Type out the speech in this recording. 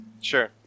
Sure